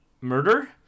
murder